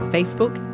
Facebook